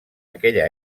aquella